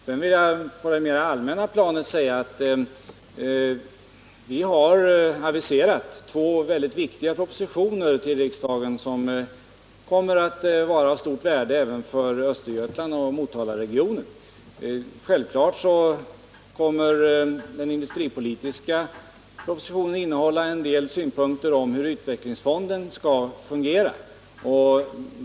Sedan vill jag på det mer allmänna planet säga att vi har aviserat två mycket viktiga propositioner till riksdagen, vilka kommer att vara av stort värde även för Östergötland och Motalaregionen. Självklart kommer den industripolitiska propositionen att innehålla en del synpunkter på hur utvecklingsfonden skall fungera.